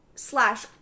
Slash